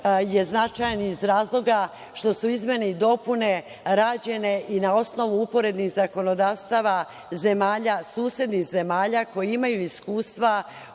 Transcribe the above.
je značajan iz razloga što su izmene i dopune rađene i na osnovu uporednih zakonodavstava zemalja susednih koje imaju iskustva